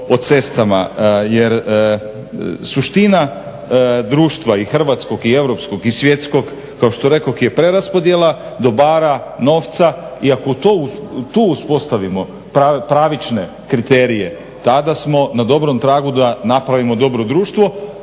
o cestama. Jer suština društva i hrvatskoj, i europskog i svjetskog kao što rekoh je preraspodjela dobara, nova i ako tu uspostavimo pravične kriterije tada smo na dobrom tragu da napravimo dobro društvo